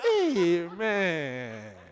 Amen